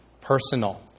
personal